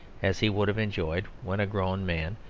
as he would have enjoyed, when a grown man,